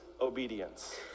obedience